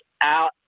out